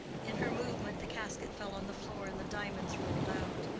in her movement the casket fell on the floor and the diamonds rolled out.